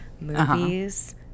movies